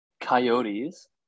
coyotes